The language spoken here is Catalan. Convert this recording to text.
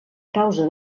causa